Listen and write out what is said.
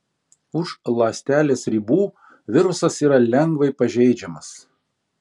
už ląstelės ribų virusas yra lengvai pažeidžiamas